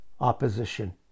opposition